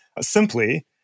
simply